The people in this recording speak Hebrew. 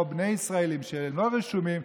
או בני ישראלים שהם לא רשומים,